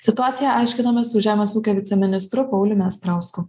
situaciją aiškinamės su žemės ūkio viceministru pauliumi astrausku